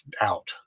out